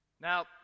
Now